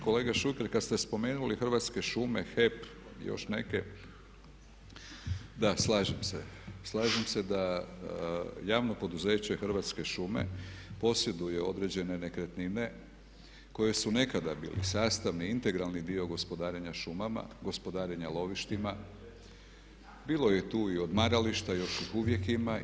Kolega Šuker, kada ste spomenuli Hrvatske šume, HEP i još neke, da slažem se, slažem se da javno poduzeće Hrvatske šume posjeduje određene nekretnine koje su nekada bili sastavni, integralni dio gospodarenja šumama, gospodarenja lovištima, bilo je tu i odmarališta i još ih uvijek ima.